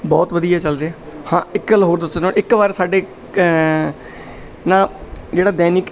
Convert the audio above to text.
ਬਹੁਤ ਵਧੀਆ ਚੱਲ ਰਿਹਾ ਹਾਂ ਇੱਕ ਗੱਲ ਹੋਰ ਦੱਸਣਾ ਇੱਕ ਵਾਰ ਸਾਡੇ ਨਾ ਜਿਹੜਾ ਦੈਨਿਕ